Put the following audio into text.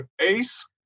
Ace